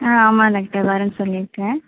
ஆ ஆமாம் டாக்டர் வரேன் சொல்லியிருக்கேன்